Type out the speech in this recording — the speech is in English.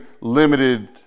limited